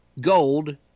Gold